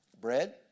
bread